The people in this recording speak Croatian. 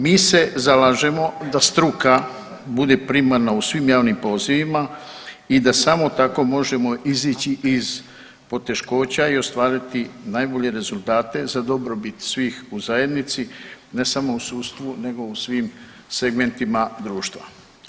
Mi se zalažemo da struka bude primarna u svim javnim pozivima i da samo tako možemo izići iz poteškoća i ostvariti najbolje rezultate za dobrobiti svih u zajednici, ne samo u sudstvu nego u svim segmentima društvima.